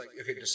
okay